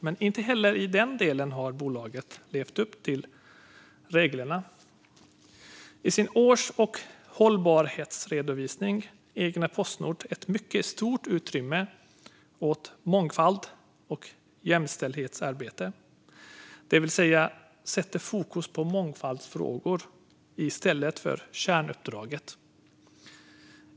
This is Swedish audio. Men inte heller i den delen har bolaget levt upp till reglerna. I sin års och hållbarhetsredovisning ägnar Postnord ett mycket stort utrymme åt mångfald och jämställdhetsarbete, det vill säga sätter fokus på mångfaldsfrågorna i stället för på kärnuppdraget.